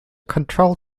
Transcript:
control